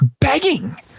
begging